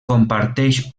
comparteix